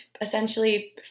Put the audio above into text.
essentially